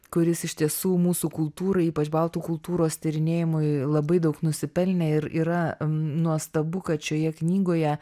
kuris iš tiesų mūsų kultūrai ypač baltų kultūros tyrinėjimui labai daug nusipelnė ir yra nuostabu kad šioje knygoje